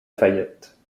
fayette